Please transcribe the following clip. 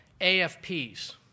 AFPs